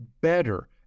better